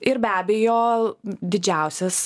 ir be abejo didžiausias